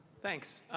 thanks.